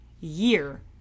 year